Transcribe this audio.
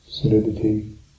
solidity